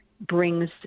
brings